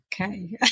Okay